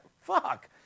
Fuck